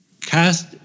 cast